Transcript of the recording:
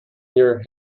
near